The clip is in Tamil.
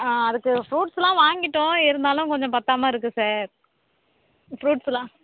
அதுக்கு ப்ரூட்ஸ்லாம் வாங்கிவிட்டோம் இருந்தாலும் கொஞ்சம் பத்தாமல் இருக்கு சார் ப்ரூட்ஸ்லாம்